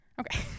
okay